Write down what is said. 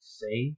say